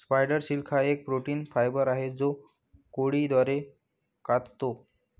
spider silk हा protein fibre आहे जो कोळी द्वारे काततो